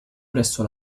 presso